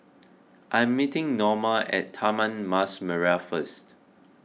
I am meeting Norma at Taman Mas Merah first